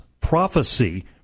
prophecy